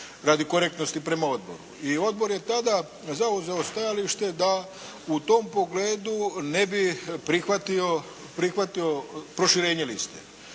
radi korektnosti prema odboru. I odbor je tada zauzeo stajalište da u tom pogledu ne bi prihvatio proširenje liste.